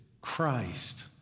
Christ